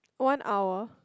one hour